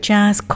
Jazz